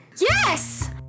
Yes